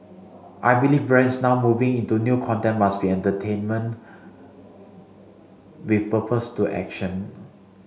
I believe brands now moving into new content must be entertainment with purpose to action